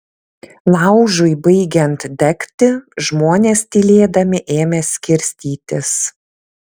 laužui baigiant degti žmonės tylėdami ėmė skirstytis